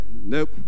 nope